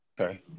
Okay